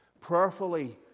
prayerfully